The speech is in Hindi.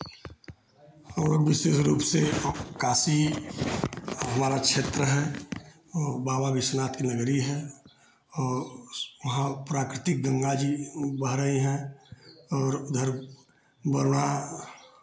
हमलोग विशेष रूप से काशी हमारा क्षेत्र है बाबा विश्वनाथ की नगरी है और वहाँ प्राकृतिक गंगा जी बह रही हैं और उधर